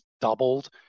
doubled